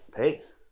Peace